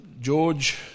George